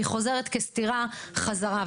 היא חוזרת כסטירה חזרה.